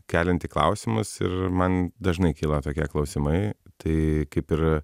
kelianti klausimus ir man dažnai kyla tokie klausimai tai kaip ir